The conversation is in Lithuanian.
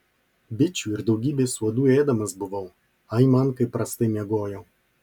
bičių ir daugybės uodų ėdamas buvau aiman kaip prastai miegojau